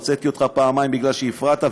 הוצאתי אותך פעמיים מפני שהפרעת,